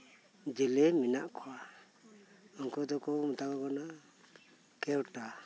ᱡᱮᱞᱮ ᱢᱮᱱᱟᱜ ᱠᱚᱣᱟ ᱩᱱᱠᱩ ᱫᱚᱠᱩ ᱢᱮᱛᱟᱠᱩ ᱠᱟᱱᱟ ᱠᱮᱣᱴᱟ